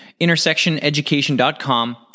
intersectioneducation.com